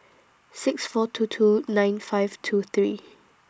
six four two two nine five two three